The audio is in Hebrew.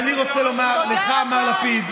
תודה רבה.